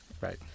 right